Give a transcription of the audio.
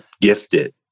gifted